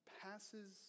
passes